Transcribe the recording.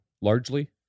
largely